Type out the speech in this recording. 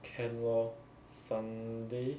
can lor sunday